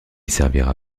servira